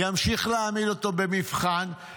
ימשיך להעמיד אותו במבחן,